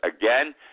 again